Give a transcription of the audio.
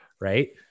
Right